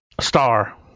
star